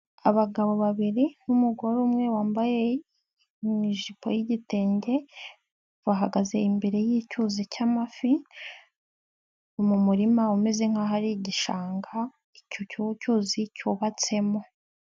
Abagabo babiri n' n'umugore umwe wambaye ijipo y'igitenge bahagaze imbere y'icyuzi cy'amafi mu murima umeze nkaho ari igishanga icyo cyuzi cyubatsemo.